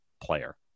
player